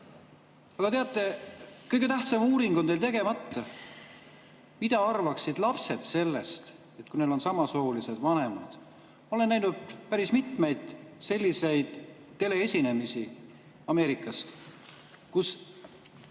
Aga teate, kõige tähtsam uuring on teil tegemata: mida arvaksid lapsed sellest, kui neil on samast soost vanemad? Olen näinud päris mitmeid selliseid teleesinemisi Ameerikast, kus